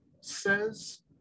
says